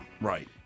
Right